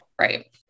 right